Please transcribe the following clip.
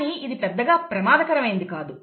కానీ ఇది పెద్దగా ప్రమాదకరమైనది కాదు